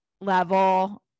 level